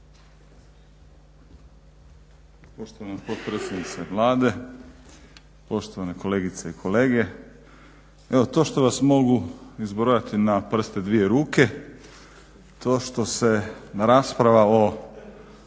Poštovana potpredsjednice Vlade, poštovane kolegice i kolege. Evo to što vas mogu izbrojati na prste dvije ruke, to što se rasprava o